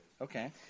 Okay